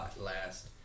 last